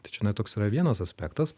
tai čia na toks yra vienas aspektas